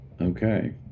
Okay